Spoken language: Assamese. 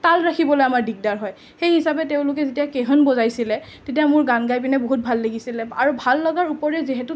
তাল ৰাখিবলৈ আমাৰ দিগদাৰ হয় সেই হিচাপে তেওঁলোকে যেতিয়া বজাইছিলে তেতিয়া মোৰ গান গাই বহুত ভাল লাগিছিলে আৰু ভাল লগাৰ উপৰিও যিহেতু